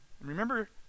Remember